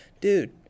dude